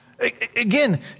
Again